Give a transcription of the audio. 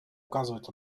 указывают